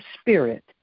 spirit